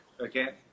okay